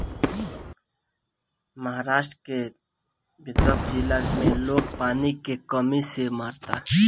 महाराष्ट्र के विदर्भ जिला में लोग पानी के कमी से मरता